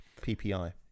PPI